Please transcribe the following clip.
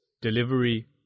delivery